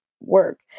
work